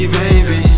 baby